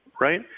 right